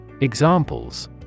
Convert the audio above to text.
Examples